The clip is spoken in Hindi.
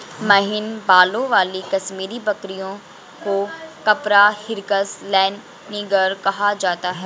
महीन बालों वाली कश्मीरी बकरियों को कैपरा हिरकस लैनिगर कहा जाता है